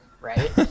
right